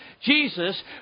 Jesus